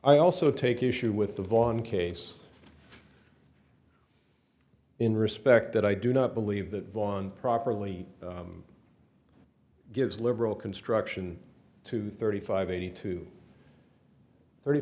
i also take issue with the von case in respect that i do not believe that one properly gives liberal construction to thirty five eighty two thirty